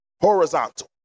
horizontal